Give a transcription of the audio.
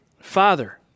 Father